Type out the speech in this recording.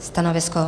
Stanovisko?